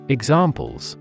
Examples